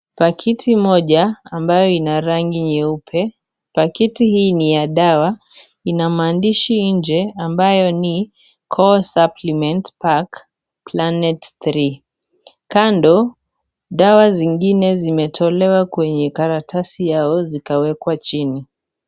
Pakiti moja ambayo ina rangi nyeupe. Pakiti hii ni ya dawa. Ina maandishi nje ambayo ni core supplements pack planey3 . Kando dawa zingine zimetolewa kwenye karatasi yao zikawekwa chini.